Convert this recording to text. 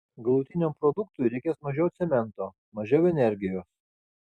galutiniam produktui reikės mažiau cemento mažiau energijos